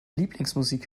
lieblingsmusik